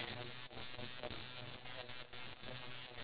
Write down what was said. how often does he bring her flowers